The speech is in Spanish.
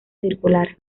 circular